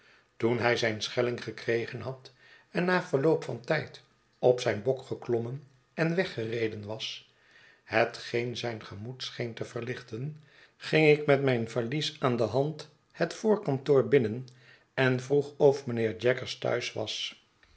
toen hij zijn schelling gekregen had en na verloop van tijd op zijn bok geklommen en weggereden was hetgeen zijn gemoed scheen te verlichten ging ik met mijn valies aan de hand het voorkantoor binnen en vroeg of mijnheer jaggers thuis was